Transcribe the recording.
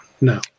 No